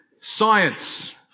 science